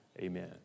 amen